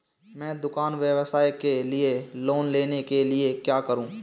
मैं दुकान व्यवसाय के लिए लोंन लेने के लिए क्या करूं?